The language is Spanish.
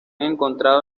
encontrado